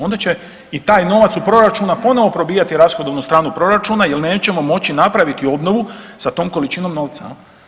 Onda će i taj novac u proračunu ponovo probijati rashodovnu stranu proračuna, jer nećemo moći napraviti obnovu sa tom količinom novca.